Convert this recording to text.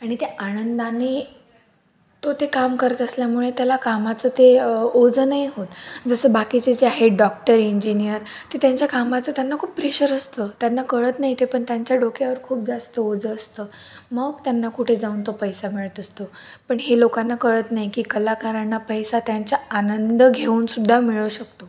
आणि ते आनंदाने तो ते काम करत असल्यामुळे तेला कामाचं ते ओझं नाही होत जसं बाकीचे जे आहेत डॉक्टर इंजिनीयर ते त्यांच्या कामाचं त्यांना खूप प्रेशर असतं त्यांना कळत नाही ते पण त्यांच्या डोक्यावर खूप जास्त ओझं असतं मग त्यांना कुठे जाऊन तो पैसा मिळत असतो पण हे लोकांना कळत नाही की कलाकारांना पैसा त्यांच्या आनंद घेऊनसुद्धा मिळू शकतो